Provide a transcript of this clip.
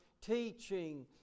teaching